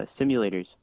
simulators